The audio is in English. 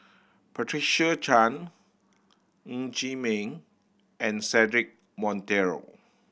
Patricia Chan Ng Chee Meng and Cedric Monteiro